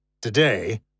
Today